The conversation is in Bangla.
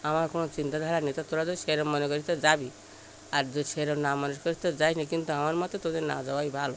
আমার কোনো চিন্তাধারা নেই তো তোরা তো সেরম মনে করিস তো যাবি আর যদি সেরম না মনে করিস তো যাস না কিন্তু আমার মতে তোদের না যাওয়াই ভালো